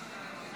אני